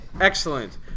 excellent